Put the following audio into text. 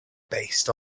based